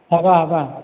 ହେବା ହେବା